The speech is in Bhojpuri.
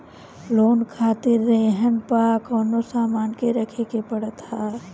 लोन खातिर रेहन पअ कवनो सामान के रखे के पड़त हअ